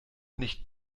nicht